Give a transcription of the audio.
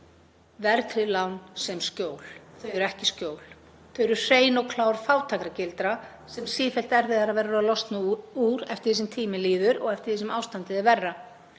lán sem skjól. Þau eru ekki skjól, þau eru hrein og klár fátæktargildra sem sífellt erfiðara verður að losna úr eftir því sem tíminn líður og eftir því sem ástandið er verra.